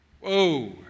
Whoa